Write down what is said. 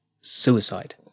suicide